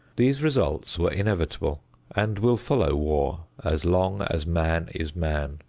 these results were inevitable and will follow war as long as man is man.